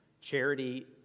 Charity